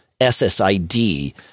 SSID